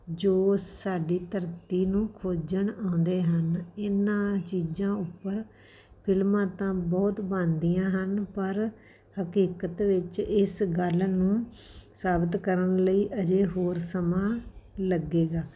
ਜੋ ਸਾਡੀ ਧਰਤੀ ਨੂੰ ਖੋਜਣ ਆਉਂਦੇ ਹਨ ਇਹਨਾਂ ਚੀਜ਼ਾਂ ਉੱਪਰ ਫਿਲਮਾਂ ਤਾਂ ਬਹੁਤ ਬਣਦੀਆਂ ਹਨ ਪਰ ਹਕੀਕਤ ਵਿੱਚ ਇਸ ਗੱਲ ਨੂੰ ਸਾਬਤ ਕਰਨ ਲਈ ਅਜੇ ਹੋਰ ਸਮਾਂ ਲੱਗੇਗਾ